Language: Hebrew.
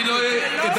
נגמר לך הזמן,